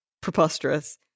preposterous